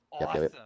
awesome